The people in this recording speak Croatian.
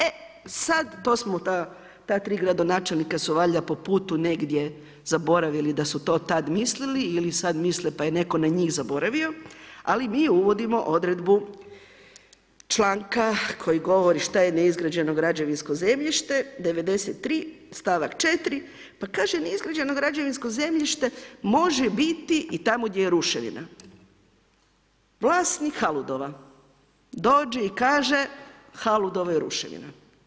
E sad, to smo ta, ta tri gradonačelnika su valjda po putu negdje zaboravili da su to tada mislili ili sada misle pa je netko na njih zaboravio ali mi uvodimo odredbu članka koji govori šta je neizgrađeno građevinsko zemljište, 93, stavak 4., pa kaže neizgrađeno građevinsko zemljište može biti i tamo gdje je ruševina, vlasnik Haludova dođe i kaže Haludove ruševine.